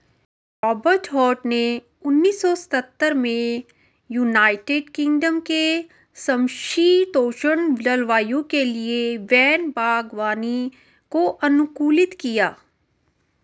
Robert Hart ने उन्नीस सौ सत्तर में यूनाइटेड किंगडम के समषीतोष्ण जलवायु के लिए वैन बागवानी को अनुकूलित किया